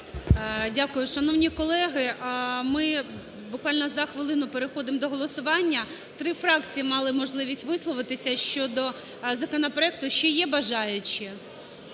Дякую. Шановні колеги, ми буквально за хвилину переходимо до голосування, три фракції мали можливість висловитися щодо законопроекту. Ще є бажаючі?